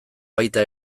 baita